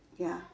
ya